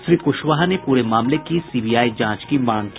श्री कुशवाहा ने पूरे मामले की सीबीआई जांच की मांग की